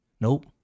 Nope